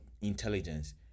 intelligence